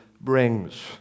brings